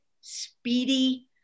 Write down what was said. speedy